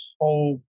whole